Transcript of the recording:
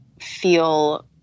feel